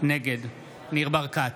נגד ניר ברקת,